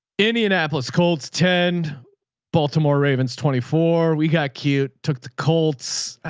indianapolis colts, ten baltimore ravens twenty four, we got cute. took the colts,